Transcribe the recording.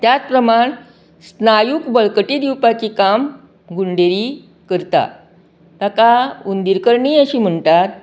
त्याच प्रमाण स्नायूक बलकटी दिवपाचें काम गुंडेरी करता ताका गुंडेलकर्णी अशींय म्हणटा